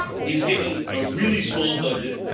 he's given a really small budget.